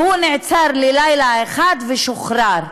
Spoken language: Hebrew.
והוא נעצר ללילה אחד ושוחרר,